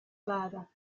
father